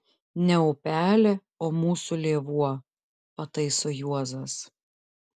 ne upelė o mūsų lėvuo pataiso juozas